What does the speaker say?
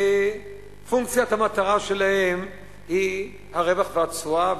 פונקציית המטרה שלהם היא הרווח והתשואה,